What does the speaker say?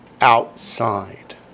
Outside